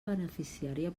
beneficiària